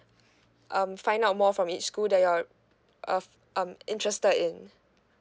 um find out more from each school that you're of um interested in